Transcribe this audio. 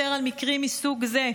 ויותר על מקרים מסוג זה.